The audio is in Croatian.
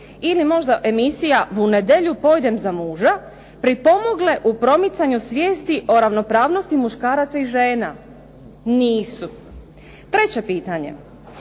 Ili možda emisija "Vu nedelju pojdem za muža" pripomogle u promicanju svijesti o ravnopravnosti muškaraca i žena. Nisu. Treće pitanje.